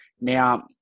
Now